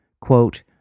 Quote